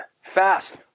fast